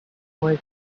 was